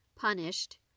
punished